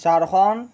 Jharkhand